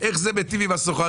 איך זה מיטיב עם השוכרים?